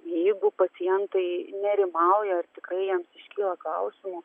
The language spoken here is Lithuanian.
jeigu pacientai nerimauja ar tikrai jiems kyla klausimų